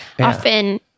often